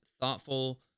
thoughtful